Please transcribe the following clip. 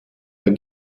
der